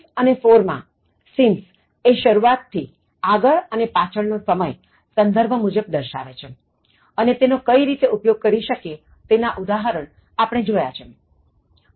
since અને for માં since એ શરૂઆત થી આગળ અને પાછ્ળ નો સમય સંદર્ભ મુજબ દર્શાવે છે અને તેનો કઈ રીતે ઉપયોગ કરી શકીએ તેના ઉદાહરણ આપણે જોયા છે